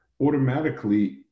automatically